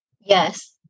Yes